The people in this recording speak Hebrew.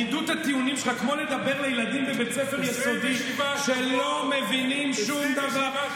כמו לדבר לילדים בבית ספר יסודי שלא מבינים שום דבר.